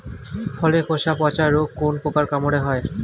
ফলের খোসা পচা রোগ কোন পোকার কামড়ে হয়?